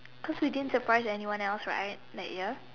because we didn't surprise anyone else right that year